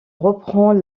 reprend